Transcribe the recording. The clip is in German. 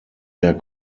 der